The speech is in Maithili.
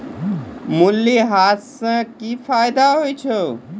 मूल्यह्रास से कि फायदा होय छै?